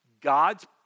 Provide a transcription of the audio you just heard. God's